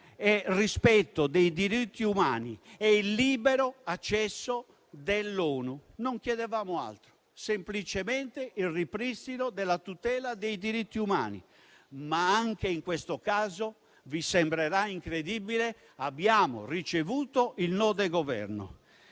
pieno rispetto dei diritti umani e il libero accesso dell'ONU; non chiedevamo altro che, semplicemente, il ripristino della tutela dei diritti umani, ma anche in questo caso - vi sembrerà incredibile - abbiamo ricevuto il no del Governo.